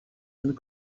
and